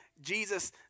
Jesus